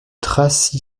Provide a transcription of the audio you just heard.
dracy